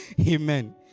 Amen